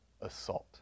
assault